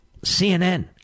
CNN